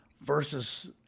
versus